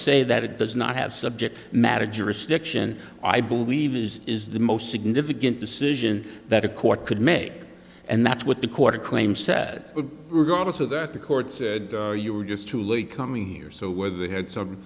say that it does not have subject matter jurisdiction i believe is is the most significant decision that a court could make and that's what the quarter claim said regardless of that the court said you were just too late coming here so where they had some